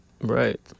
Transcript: Right